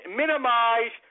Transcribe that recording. minimize